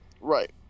Right